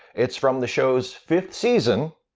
it's from the show's fifth season,